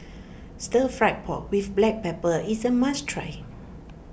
Stir Fried Pork with Black Pepper is a must try